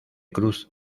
cruz